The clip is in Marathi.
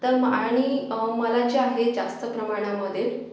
तर मग आणि मला जे आहे जास्त प्रमाणामध्ये